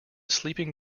sleeping